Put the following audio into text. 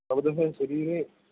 भवतः शरीरे